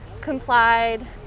complied